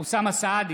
אוסאמה סעדי,